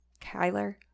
kyler